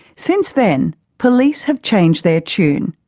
since then, police have changed their tune.